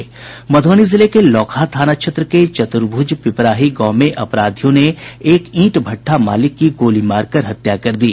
मधुबनी जिले के लौकहा थाना क्षेत्र के चतुर्भुज पिपराही गांव में अपराधियों ने एक ईंट भट्टा मालिक की गोली मारकर हत्या कर दी